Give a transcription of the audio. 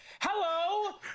Hello